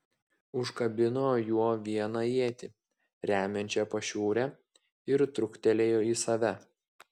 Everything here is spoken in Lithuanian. užkabino juo vieną ietį remiančią pašiūrę ir truktelėjo į save